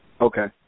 Okay